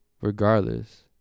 regardless